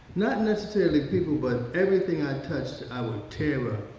not necessarily people but everything i touched i would tear